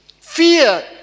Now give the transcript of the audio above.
Fear